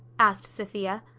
asked sophia.